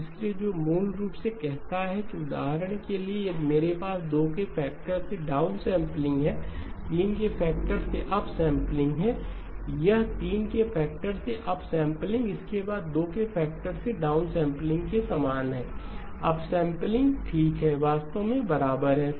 इसलिए जो मूल रूप से कहता है कि उदाहरण के लिए यदि मेरे पास 2 के फैक्टर से डाउनसैंपलिंग है 3 के फैक्टर से अपसैंपलिंग यह 3 के फैक्टर से अपसैंपलिंग इसके बाद 2 के फैक्टर से डाउनसैंपलिंग के समान है अपसैंपलिंग ठीक है वास्तव में बराबर है